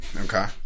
Okay